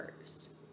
first